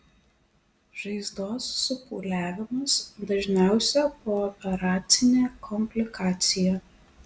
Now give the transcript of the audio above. žaizdos supūliavimas dažniausia pooperacinė komplikacija